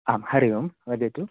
आं हरिओम् वदतु